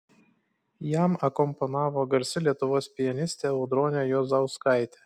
jam akompanavo garsi lietuvos pianistė audronė juozauskaitė